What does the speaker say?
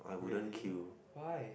really why